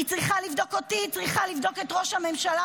היא צריכה לבדוק אותי -- היא צריכה לבדוק את ראש הממשלה,